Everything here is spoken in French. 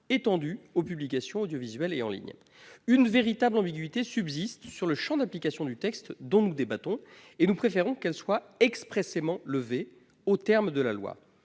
étendu aux publications audiovisuelles et en ligne. Une véritable ambiguïté subsiste sur le champ d'application du texte dont nous débattons, et nous préférons qu'elle soit expressément levée. Il serait